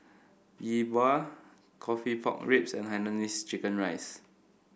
Yi Bua coffee Pork Ribs and Hainanese Chicken Rice